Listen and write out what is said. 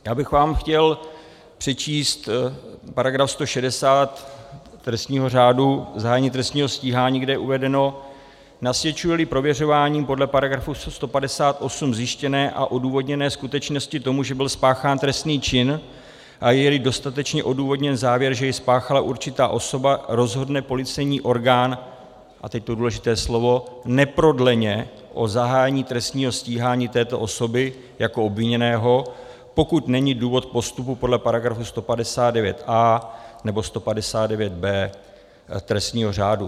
Já bych vám chtěl přečíst § 160 trestního řádu, zahájení trestního stíhání, kde je uvedeno: Nasvědčujeli prověřování podle § 158 zjištěné a odůvodněné skutečnosti tomu, že byl spáchán trestný čin, a jeli dostatečně odůvodněn závěr, že jej spáchala určitá osoba, rozhodne policejní orgán a teď to důležité slovo neprodleně o zahájení trestního stíhání této osoby jako obviněného, pokud není důvod k postupu podle § 159a nebo 159b trestního řádu.